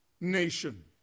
nation